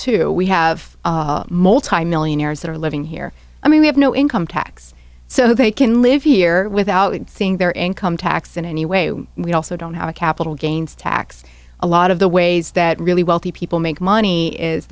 to we have multimillionaires that are living here i mean we have no income tax so they can live here without seeing their income tax in any way we also don't have a capital gains tax a lot of the ways that really wealthy people make money is